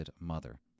Mother